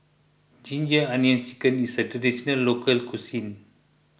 Ginger Onions Chicken is a Traditional Local Cuisine